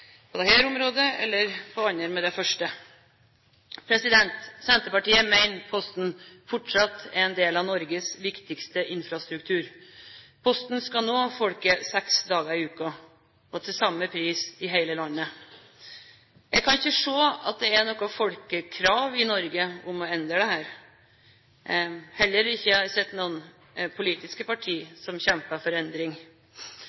Norges viktigste infrastruktur. Posten skal nå folk seks dager i uken og til samme pris i hele landet. Jeg kan ikke se at det er noe folkekrav i Norge om å endre dette. Heller ikke har jeg sett noen politiske